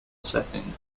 setting